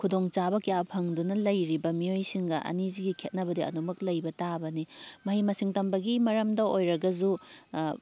ꯈꯨꯗꯣꯡ ꯆꯥꯕ ꯀꯌꯥ ꯐꯪꯗꯨꯅ ꯂꯩꯔꯤꯕ ꯃꯤꯑꯣꯏꯁꯤꯡꯒ ꯑꯅꯤꯁꯤꯒꯤ ꯈꯦꯠꯅꯕꯗꯤ ꯑꯗꯨꯝꯃꯛ ꯂꯩꯕ ꯇꯥꯕꯅꯤ ꯃꯍꯩ ꯃꯁꯤꯡ ꯇꯝꯕꯒꯤ ꯃꯔꯝꯗ ꯑꯣꯏꯔꯒꯁꯨ